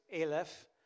Aleph